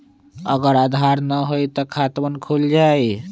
अगर आधार न होई त खातवन खुल जाई?